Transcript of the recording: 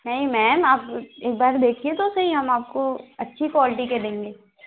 नहीं मैम आप एक बार देखिए तो सही हम आपको अच्छी क्वाल्टी के देंगे